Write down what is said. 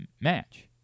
match